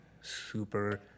super